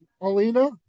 Alina